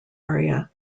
area